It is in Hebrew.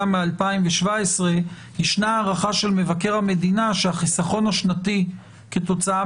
מ-2017 יש הערכה של מבקר המדינה שהחיסכון השנתי כתוצאה